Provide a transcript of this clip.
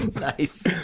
Nice